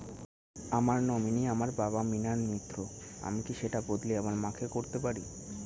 আমার নমিনি আমার বাবা, মৃণাল মিত্র, আমি কি সেটা বদলে আমার মা কে করতে পারি?